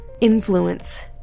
influence